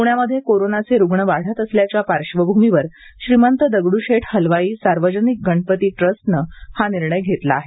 पुण्यामध्ये कोरोनाचे रुग्ण वाढत असल्याच्या पार्श्वभूमीवर श्रीमंत दगड्शेठ हलवाई सार्वजनिक गणपती ट्रस्टनं हा निर्णय धेतला आहे